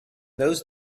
those